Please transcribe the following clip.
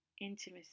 intimacy